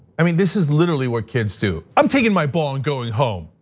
i mean, this is literally what kids do, i'm taking my ball and going home.